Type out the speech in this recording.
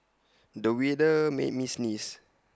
the weather made me sneeze